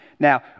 Now